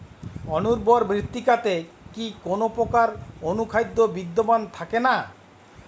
অনুর্বর মৃত্তিকাতে কি কোনো প্রকার অনুখাদ্য বিদ্যমান থাকে না?